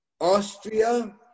Austria